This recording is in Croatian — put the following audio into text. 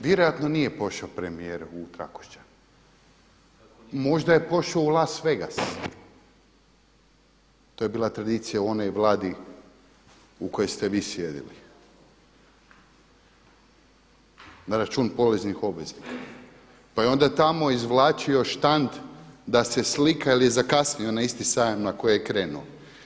Vjerojatno nije pošao premijer u Trakošćan, možda je pošao u Las Vegas, to je bila tradicija u onoj vladi u kojoj ste vi sjedili na račun poreznih obveznika, pa je onda tamo izvlačio štand da se slika jel je zakasnio na isti sajam na koji je krenuo.